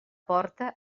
porta